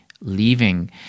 leaving